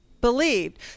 believed